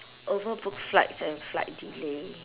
over booked flights and flight delay